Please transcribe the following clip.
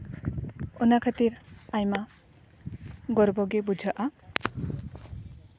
ᱚᱱᱟ ᱠᱷᱟᱹᱛᱤᱨ ᱟᱭᱢᱟ ᱜᱚᱨᱵᱚ ᱜᱮ ᱵᱩᱡᱷᱟᱹᱜᱼᱟ